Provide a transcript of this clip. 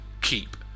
keep